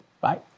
Bye